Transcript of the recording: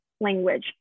language